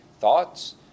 thoughts